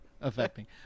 affecting